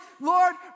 Lord